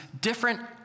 different